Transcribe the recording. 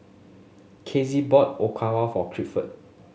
Kizzy bought Okawa for Clifford